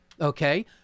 okay